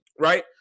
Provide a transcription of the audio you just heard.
Right